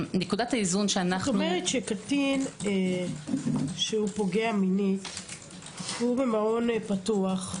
כלומר קטין שפוגע מינית והוא במעון פתוח,